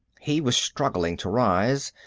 he was struggling to rise,